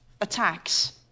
attacks